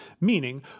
meaning